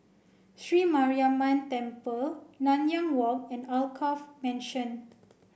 Sri Mariamman Temple Nanyang Walk and Alkaff Mansion